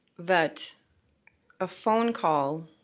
that a phone call,